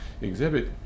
exhibit